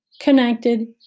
connected